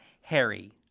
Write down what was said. harry